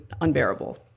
unbearable